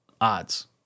Odds